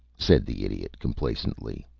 said the idiot, complacently.